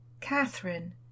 catherine